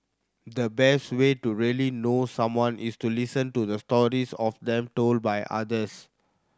the best way to really know someone is to listen to the stories of them told by others